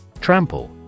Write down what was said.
Trample